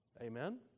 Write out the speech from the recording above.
Amen